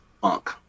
funk